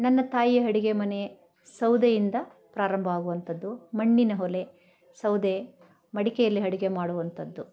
ನನ್ನ ತಾಯಿಯ ಅಡ್ಗೆ ಮನೆ ಸೌದೆಯಿಂದ ಪ್ರಾರಂಭ ಆಗುವಂಥದ್ದು ಮಣ್ಣಿನ ಒಲೆ ಸೌದೆ ಮಡಿಕೆಯಲ್ಲಿ ಅಡ್ಗೆ ಮಾಡುವಂಥದ್ದು